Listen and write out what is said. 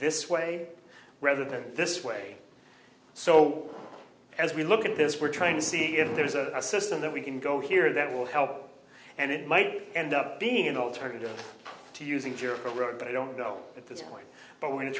this way rather than this way so as we look at this we're trying to see if there's a system that we can go here that will help and it might end up being an alternative to using jerk but i don't know at this point but w